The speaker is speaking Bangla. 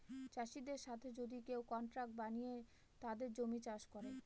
চাষীদের সাথে যদি কেউ কন্ট্রাক্ট বানিয়ে তাদের জমি চাষ করে